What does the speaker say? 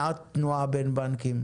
מעט תנועה בין בנקים